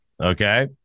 Okay